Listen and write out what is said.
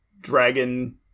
dragon